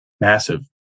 massive